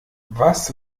was